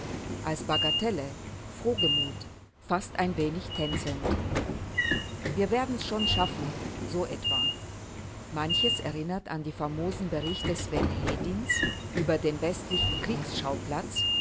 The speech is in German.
als bagatelle frohgemut fast ein wenig tänzelnd wir werden's schon schaffen so etwa manches erinnert an die famosen berichte sven hedins über den westlichen kriegsschauplatz